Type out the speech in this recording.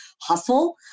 hustle